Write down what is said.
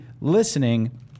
listening